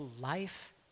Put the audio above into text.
life